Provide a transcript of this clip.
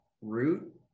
root